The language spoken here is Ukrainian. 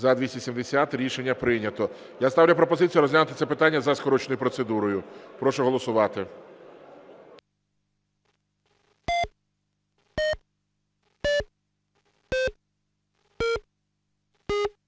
За-270 Рішення прийнято. Я ставлю пропозицію розглянути це питання за скороченою процедурою. Прошу голосувати.